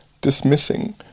dismissing